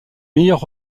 meilleure